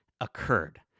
occurred